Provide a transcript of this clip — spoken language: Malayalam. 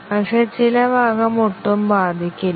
പക്ഷേ ചില ഭാഗം ഒട്ടും ബാധിക്കില്ല